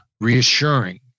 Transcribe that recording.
reassuring